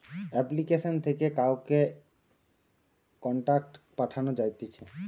application থেকে কাউকে contact পাঠানো যাতিছে